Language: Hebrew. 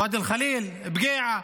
בוואדי חליל, בבקיעה,